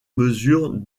mesures